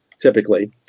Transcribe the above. typically